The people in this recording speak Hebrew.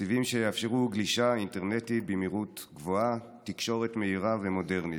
סיבים שיאפשרו גלישה אינטרנטית במהירות גבוהה ותקשורת מהירה ומודרנית.